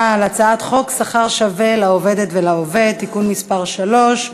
על הצעת חוק שכר שווה לעובדת ולעובד (תיקון מס' 3)